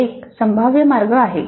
हा एक संभाव्य मार्ग आहे